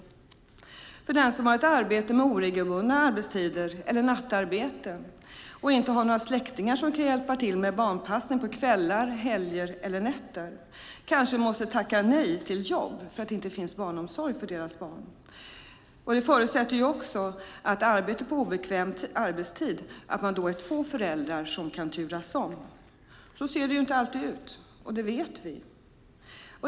Den som har ett arbete med oregelbundna arbetstider eller nattarbete och inte har några släktingar som kan hjälpa till med barnpassning på kvällar, helger eller nätter måste kanske tacka nej till jobb för att det inte finns barnomsorg för deras barn. Arbete på obekväm arbetstid förutsätter att det är två föräldrar som kan turas om. Så ser det inte alltid ut - det vet vi.